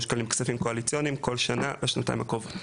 שקלים כספים קואליציוניים כל שנה בשנתיים הקרובות.